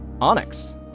Onyx